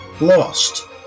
Lost